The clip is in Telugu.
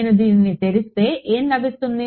నేను దీనిని తెరిస్తే ఎం లభిస్తుంది